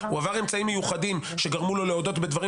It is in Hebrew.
הוא עבר אמצעים מיוחדים שגרמו לו להודות בדברים